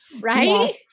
right